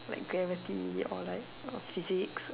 like gravity or like of physics